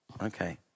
Okay